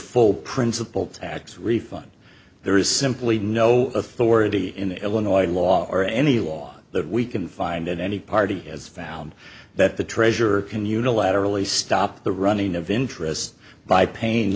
full principle tax refund there is simply no authority in the illinois law or any law that we can find in any party has found that the treasurer can unilaterally stop the running of interest by pain